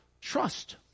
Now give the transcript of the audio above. trust